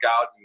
out